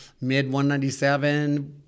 mid-197